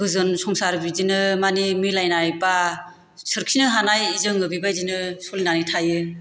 गोजोन संसार बिदिनो मानि मिलायनाय बा सोरखिनो हानाय जोङो बेबायदिनो सलिनानै थायो